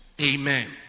Amen